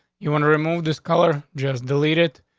you want to remove this color, just delete it.